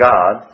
God